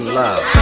love